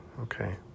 Okay